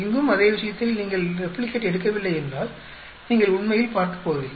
இங்கும் அதே விஷயத்தில் நீங்கள் ரெப்ளிகேட் எடுக்கவில்லை என்றால் நீங்கள் உண்மையில் பார்க்கப் போவதில்லை